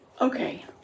Okay